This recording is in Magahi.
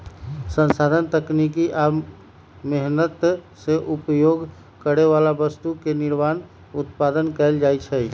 संसाधन तकनीकी आ मेहनत से उपभोग करे बला वस्तु के निर्माण उत्पादन कएल जाइ छइ